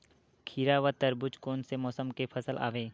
खीरा व तरबुज कोन से मौसम के फसल आवेय?